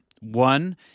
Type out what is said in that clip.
One